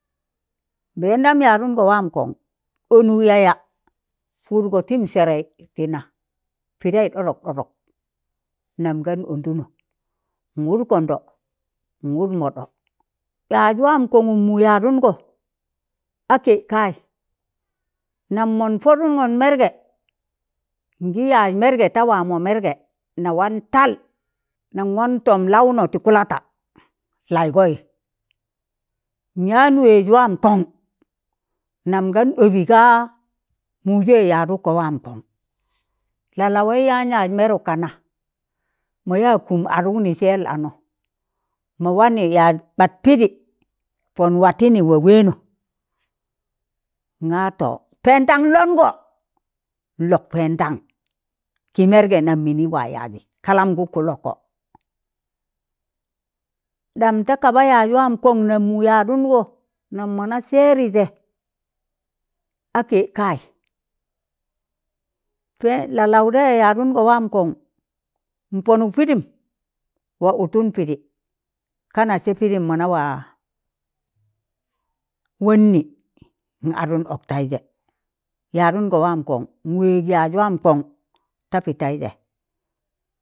Mbẹẹndan yadụngọ waam kọn, ọnụk yaya pụụdgọ tịm sẹrẹị tị na, pịdẹị ɗọdọk ɗọdọk, nam gan ọndụnọ, nwụd kọndo,̣ nwụd mọdọ, yaaj wam kọngụm mụ yaadụnọ a kẹ kayị, nam mọn pọdụngọn mẹrgẹ ngị yaaj mẹrgẹ ta waamọ mẹrgẹ, na wan tal, nan wan tọm laụnọ tị kụlata laịgọị, nyan wẹẹj waamkọn nam gan ɗọbị ga mụjẹ yadụkkọ waam kọn lalawaị yaan yaaj mẹrụk kana, mọ yaa kụm adụknị sẹẹl anọ, mọ wanị yaaj ɓat pịdị pon watịnị waa wẹẹnọ, nga to pẹẹndan lọngọ nlọk pẹẹndan, kị mẹrgẹ nam mịnị waa yaajị, kalamgụ kụlọkọ. Ɗam ta kaba yaaj waam kọn nam mụ yadụngọ nam mọ na sẹẹrị jẹ a kẹ kaị, sẹ la'lawọ dẹ yadụngọ waam kọn npanụk pịdịm, waa ụtụn pịdị, kana sẹ pịdịm mọ na wa wannị n'adụn ọktaịjẹ, yadụngọ waam kọn nwẹẹg yaaj waam kọn ta pịtẹịjẹ.